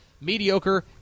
Mediocre